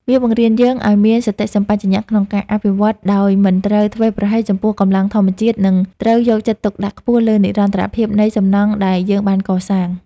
វាបង្រៀនយើងឱ្យមានសតិសម្បជញ្ញៈក្នុងការអភិវឌ្ឍ ដោយមិនត្រូវធ្វេសប្រហែសចំពោះកម្លាំងធម្មជាតិ និងត្រូវយកចិត្តទុកដាក់ខ្ពស់លើនិរន្តរភាពនៃសំណង់ដែលយើងបានកសាង។